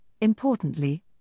importantly